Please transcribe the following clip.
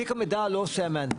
תיק המידע לא עושה המהנדס.